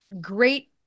great